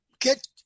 get